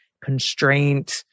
constraint